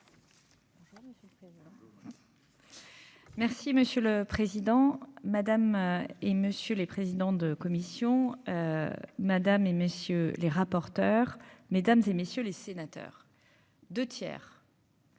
Merci monsieur le président, madame et monsieur les présidents de commission, Madame et messieurs les rapporteurs, mesdames et messieurs les sénateurs, 2 tiers.